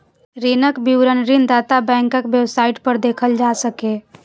ऋणक विवरण ऋणदाता बैंकक वेबसाइट पर देखल जा सकैए